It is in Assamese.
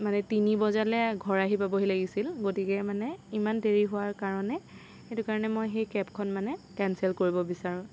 মানে তিনি বজালৈ ঘৰ আহি পাবহি লাগিছিল গতিকে মানে ইমান দেৰি হোৱাৰ কাৰণে সেইটো কাৰণে মই সেই কেবখন মানে কেঞ্চেল কৰিব বিচাৰোঁ